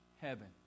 heaven